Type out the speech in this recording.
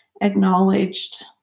acknowledged